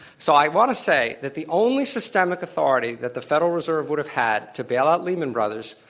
so i want to say that the only systemic authority that the federal reserve would've had to bail out lehman brothers,